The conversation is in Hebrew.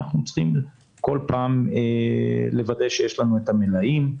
אנחנו צריכים כל פעם לוודא שיש לנו את המלאים.